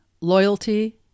Loyalty